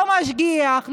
לא משגיח,